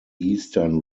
eastern